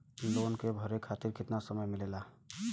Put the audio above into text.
Loan के भरे खातिर कितना समय मिलेला?